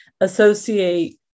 Associate